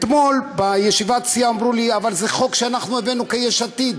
אתמול בישיבת הסיעה אמרו לי: אבל זה חוק שאנחנו הבאנו כיש עתיד,